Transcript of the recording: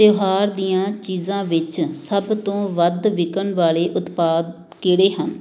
ਤਿਉਹਾਰ ਦੀਆਂ ਚੀਜ਼ਾਂ ਵਿੱਚ ਸਭ ਤੋਂ ਵੱਧ ਵਿਕਣ ਵਾਲੇ ਉਤਪਾਦ ਕਿਹੜੇ ਹਨ